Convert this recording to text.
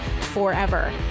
forever